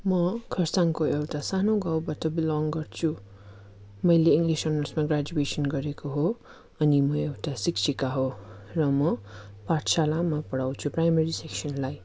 म खरसाङको एउटा सानो गाउँबाट बिलङ गर्छु मैले इङ्ग्लिस अनर्समा ग्र्याजुएसन गरेको हो अनि म एउटा शिक्षिका हो र म पाठशालामा पढाउँछु प्राइमेरी सेक्सनलाई